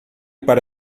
para